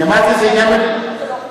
אדוני היושב-ראש, כל עוד לא, אחרת זה לא חוקי.